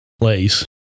place